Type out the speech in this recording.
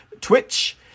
twitch